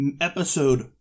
episode